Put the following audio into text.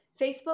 Facebook